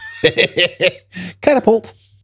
Catapult